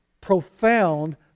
profound